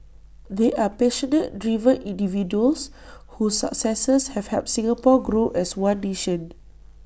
they are passionate driven individuals whose successes have helped Singapore grow as one nation